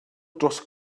dros